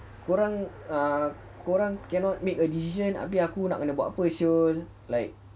kau orang err kau orang cannot make a decision abeh aku nak kena buat apa [siol]